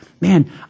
man